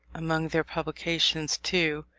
among their publications, too,